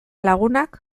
lagunak